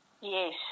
Yes